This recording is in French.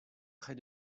près